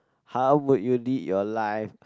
how would you lead your life